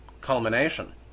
culmination